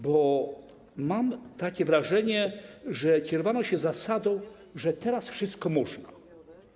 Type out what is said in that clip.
Bo mam takie wrażenie, że kierowano się zasadą, że teraz wszystko można.